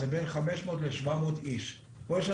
זה בין 500 ל-700 איש.